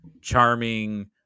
charming